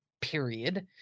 period